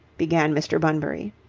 began mr. bunbury.